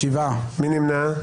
מי נמנע?